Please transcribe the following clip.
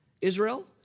Israel